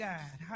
God